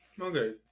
Okay